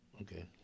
okay